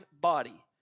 body